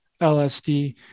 LSD